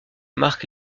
marque